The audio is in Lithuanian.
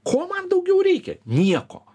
ko man daugiau reikia nieko